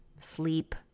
sleep